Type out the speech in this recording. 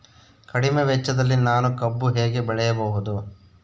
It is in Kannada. ಕಡಿಮೆ ವೆಚ್ಚದಲ್ಲಿ ನಾನು ಕಬ್ಬು ಹೇಗೆ ಬೆಳೆಯಬಹುದು?